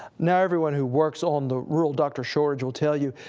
now everyone who works on the rural doctor shortage will tell you,